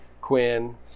Quinn